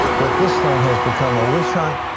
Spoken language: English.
but this thing has become a witch hunt,